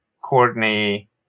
Courtney